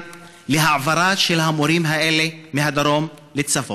להעברה של המורים האלה מהדרום לצפון.